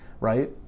right